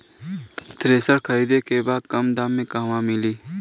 Thresher खरीदे के बा कम दाम में कहवा मिली?